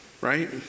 Right